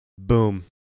Boom